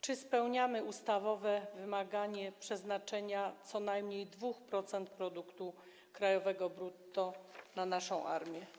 Czy spełniamy ustawowe wymaganie przeznaczenia co najmniej 2% produktu krajowego brutto na naszą armię?